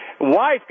wife